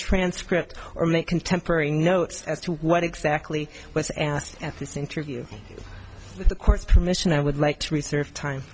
transcript or make contemporary notes as to what exactly was asked at this interview with the court's permission i would like to reserve time